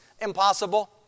impossible